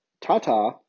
Tata